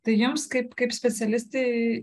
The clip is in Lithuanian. tai jiems kaip kaip specialistei